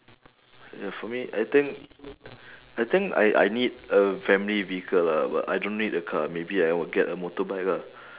ya for me I think I think I I need a family vehicle lah but I don't need a car maybe I will get a motorbike ah